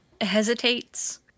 hesitates